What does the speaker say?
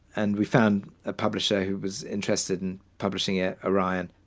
and we found a publisher who was interested in publishing it orion,